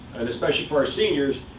and especially for our seniors,